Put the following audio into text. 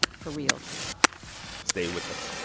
for reals stay with us